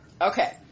Okay